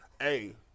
Hey